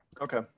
Okay